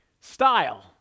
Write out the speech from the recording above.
style